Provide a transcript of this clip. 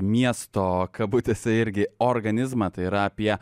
miesto kabutėse irgi organizmą tai yra apie